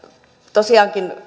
tosiaankin